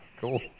cool